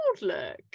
look